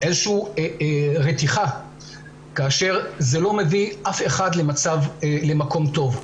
איזה שהיא רתיחה כאשר זה לא מביא אף אחד למקום טוב.